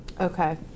Okay